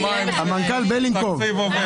המנכ"ל בלינקוב,